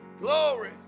glory